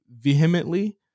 vehemently